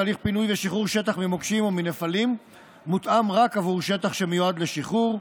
תהליך פינוי לשחרור שטח ממוקשים ומנפלים מותאם רק לשטח שמיועד לשחרור,